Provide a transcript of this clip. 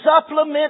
supplement